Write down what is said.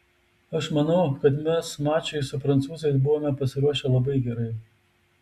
aš manau kad mes mačui su prancūzais buvome pasiruošę labai gerai